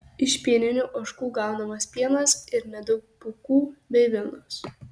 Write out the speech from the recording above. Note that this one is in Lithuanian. iš pieninių ožkų gaunamas pienas ir nedaug pūkų bei vilnos